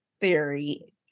theory